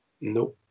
No